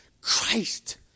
Christ